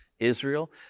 israel